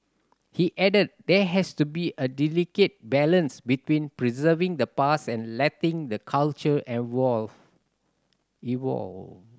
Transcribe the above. he added there has to be a delicate balance between preserving the past and letting the culture evolve